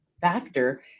factor